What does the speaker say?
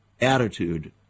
attitude